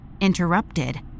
interrupted